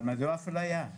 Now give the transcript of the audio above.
אבל מדוע אפליה?